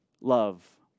love